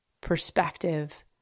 perspective